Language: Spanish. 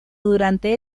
durante